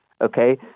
Okay